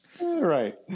Right